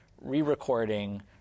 re-recording